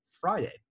friday